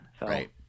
Right